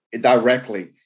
directly